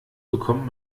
bekommt